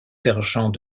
sergent